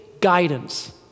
guidance